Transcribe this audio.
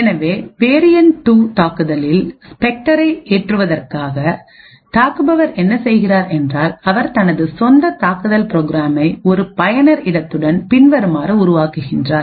எனவே வேரியண்ட் 2 தாக்குதலில் ஸ்பெக்டரை ஏற்றுவதற்காக தாக்குபவர் என்ன செய்கிறார் என்றால் அவர் தனது சொந்த தாக்குதல்ப்ரோக்ராமைஒரு பயனர் இடத்துடன் பின்வருமாறு உருவாக்குகிறார்